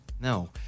No